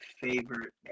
favorite